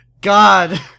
God